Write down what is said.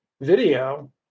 video